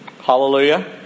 Hallelujah